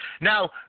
Now